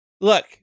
look